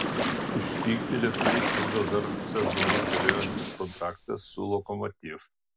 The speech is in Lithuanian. išvykti lietuviui trukdo dar sezoną galiojantis kontraktas su lokomotiv